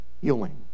healing